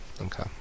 Okay